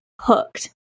hooked